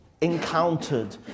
encountered